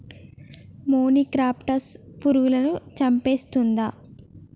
మొనిక్రప్టస్ పురుగులను చంపేస్తుందా?